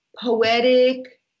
poetic